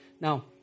Now